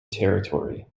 territory